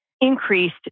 increased